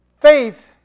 faith